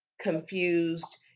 confused